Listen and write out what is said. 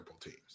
teams